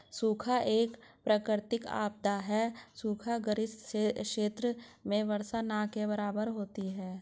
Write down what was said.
सूखा एक प्राकृतिक आपदा है सूखा ग्रसित क्षेत्र में वर्षा न के बराबर होती है